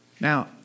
Now